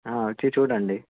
వచ్చి చూడండి